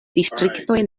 distriktoj